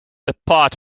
depart